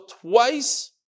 twice